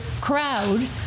crowd